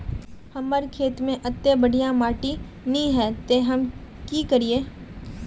हमर खेत में अत्ते बढ़िया माटी ने है ते हम की करिए?